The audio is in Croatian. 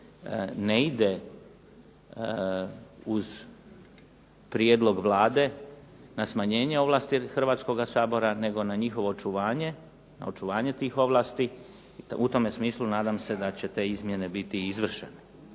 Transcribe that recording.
ne ide uz prijedlog Vlade na smanjenje ovlasti Hrvatskoga sabora, nego na njihovo očuvanje, na očuvanje tih ovlasti. U tome smislu nadam se da će te ovlasti biti i izvršene.